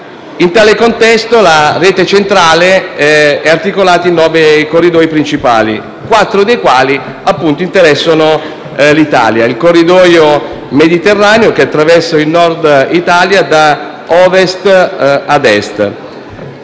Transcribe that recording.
In tale contesto, la rete centrale è articolata in nove corridoi principali, quattro dei quali interessano appunto l'Italia. Uno è il corridoio Mediterraneo che attraversa il Nord Italia da Ovest a Est.